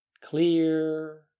clear